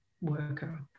worker